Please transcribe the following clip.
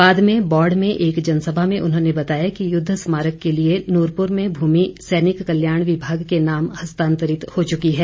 बाद में बौड़ में एक जनसभा में उन्होंने बताया कि युद्ध स्मारक के लिए नूरपुर में भूमि सैनिक कल्याण विभाग के नाम हस्तांतरित हो चुकी है